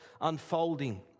unfolding